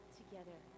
together